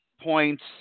points